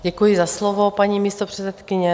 Děkuji za slovo, paní místopředsedkyně.